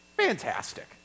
fantastic